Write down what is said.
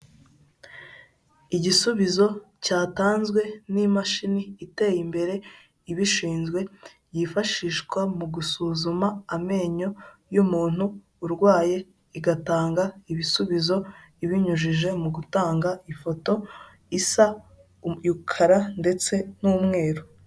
Igisubizo cyatanzwe n'imashini iteye imbere ibishinzwe, yifashishwa mu gusuzuma amenyo y'umuntu urwaye igatanga ibisubizo ibinyujije mu gutanga ifoto isa umukara ndetse n'umweru.